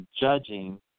judging